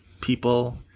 people